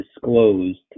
disclosed